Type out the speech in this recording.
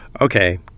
Okay